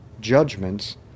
judgments